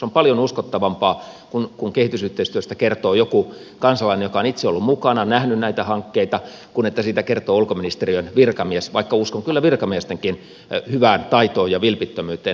on paljon uskottavampaa kun kehitysyhteistyöstä kertoo joku kansalainen joka on itse ollut mukana ja nähnyt näitä hankkeita kuin että siitä kertoo ulkoministeriön virkamies vaikka uskon kyllä virkamiestenkin hyvään taitoon ja vilpittömyyteen tässä